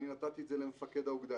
אני נתתי את זה למפקד האוגדה,